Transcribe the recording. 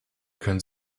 können